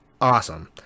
awesome